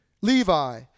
Levi